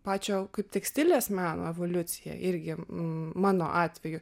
pačio kaip tekstilės meno evoliucija irgi mano atveju